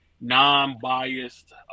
non-biased